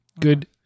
Good